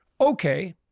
Okay